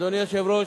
אדוני היושב-ראש,